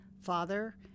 father